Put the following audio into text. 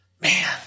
man